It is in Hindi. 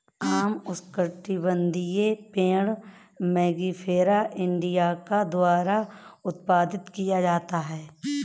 आम उष्णकटिबंधीय पेड़ मैंगिफेरा इंडिका द्वारा उत्पादित किया जाता है